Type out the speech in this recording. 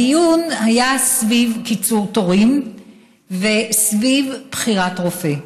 הדיון היה סביב קיצור תורים וסביב בחירת רופא.